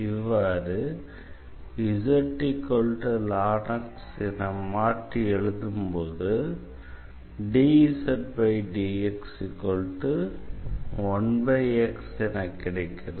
இவ்வாறு என மாற்றி எழுதும் போது என கிடைக்கிறது